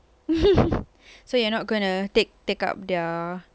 so you're not gonna take take up their